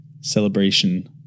celebration